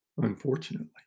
Unfortunately